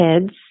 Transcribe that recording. kids